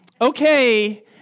okay